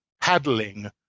paddling